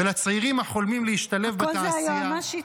ולצעירים החולמים להשתלב בתעשייה --- הכול זה היועמ"שית,